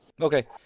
Okay